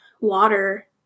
water